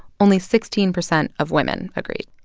only sixteen percent of women agreed